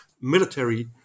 military